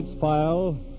file